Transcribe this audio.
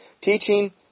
teaching